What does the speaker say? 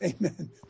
Amen